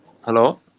Hello